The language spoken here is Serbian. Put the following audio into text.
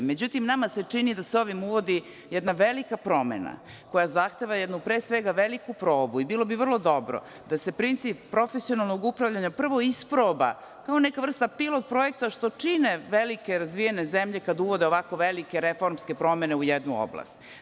Međutim, nama se čini da se ovim uvodi jedna velika promena koja zahteva pre svega jednu veliku probu i bilo bi vrlo dobro da se princip profesionalnog upravljanja prvo isproba kao neka vrsta pilot projekta što čine velike razvijene zemlje kada uvode ovako velike reformske promene u jednu oblast.